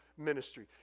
ministry